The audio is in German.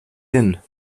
hin